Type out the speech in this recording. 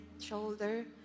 shoulder